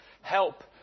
help